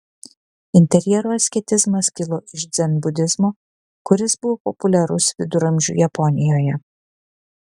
interjero asketizmas kilo iš dzenbudizmo kuris buvo populiarus viduramžių japonijoje